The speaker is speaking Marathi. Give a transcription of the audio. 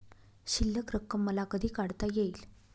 शिल्लक रक्कम मला कधी काढता येईल का?